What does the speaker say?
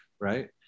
right